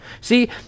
See